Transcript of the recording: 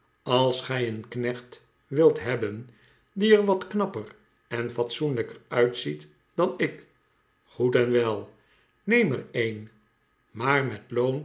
als gij een knecht wilt hebben die er wat knapper en fatso enlijker uitziet dan ik goed en wel neem er een maar met